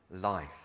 life